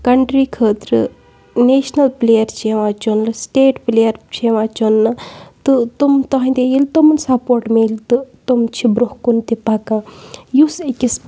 country خٲطرٕ national player چھِ یِوان چُنٛنہٕ سٹیٹ پٕلیر چھِ یِوان چُنٛنہٕ تہٕ تِم تُہنٛدِ ییٚلہِ تِمَن سَپوٹ میلہِ تہٕ تِم چھِ برٛونٛہہ کُن تہِ پَکان یُس أکِس